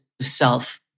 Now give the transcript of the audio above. self